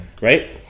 right